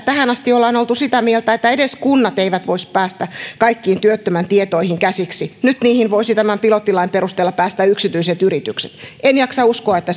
tähän asti on oltu sitä mieltä että edes kunnat eivät voisi päästä kaikkiin työttömän tietoihin käsiksi nyt niihin voisivat tämän pilottilain perusteella päästä käsiksi yksityiset yritykset en jaksa uskoa että